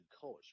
coach